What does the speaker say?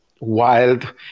wild